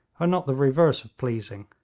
are not the reverse of pleasing